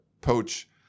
poach